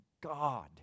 God